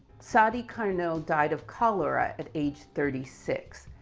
sadi carnot died of cholera at age thirty six.